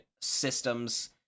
systems